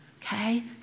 Okay